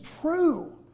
true